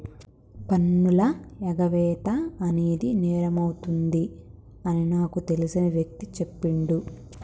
పన్నుల ఎగవేత అనేది నేరమవుతుంది అని నాకు తెలిసిన వ్యక్తి చెప్పిండు